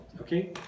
Okay